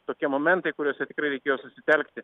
tokie momentai kuriuose tikrai reikėjo susitelkti